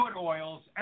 oils